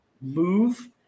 move